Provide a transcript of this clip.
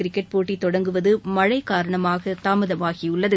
cricket போட்டி தொடங்குவது மழை காரணமாக தாமதமாகியுள்ளது